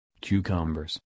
cucumbers